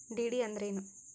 DD ಅಂದ್ರೇನು?